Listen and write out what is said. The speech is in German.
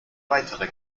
weitere